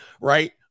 right